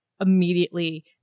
immediately